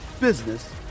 business